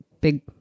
big